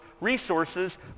resources